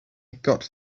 got